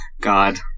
God